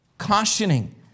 Cautioning